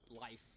life